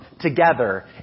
together